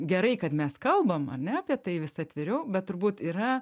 gerai kad mes kalbam ar ne apie tai vis atviriau bet turbūt yra